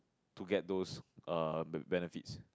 to get those err the benefits